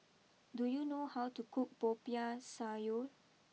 do you know how to cook Popiah Sayur